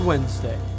Wednesday